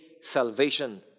salvation